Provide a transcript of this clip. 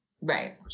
Right